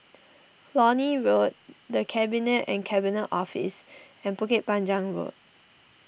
Lornie Road the Cabinet and Cabinet Office and Bukit Panjang Road